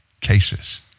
cases